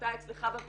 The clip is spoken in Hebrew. ואתה אצלך בוועדה,